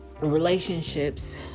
relationships